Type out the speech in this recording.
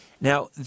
Now